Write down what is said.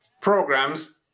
programs